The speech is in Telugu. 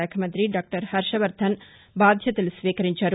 శాఖ మంతి డాక్టర్ హర్షవర్థన్ బాధ్యతలు స్వీకరించారు